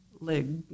leg